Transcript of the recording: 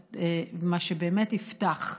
מה שבאמת יפתח.